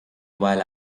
while